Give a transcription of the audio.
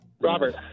Robert